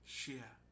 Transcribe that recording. share